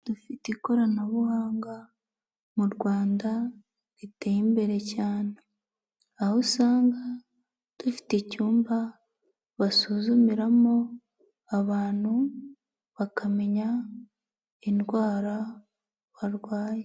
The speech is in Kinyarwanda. Dufite ikoranabuhanga mu Rwanda riteye imbere cyane. Aho usanga dufite icyumba basuzumiramo abantu bakamenya indwara barwaye.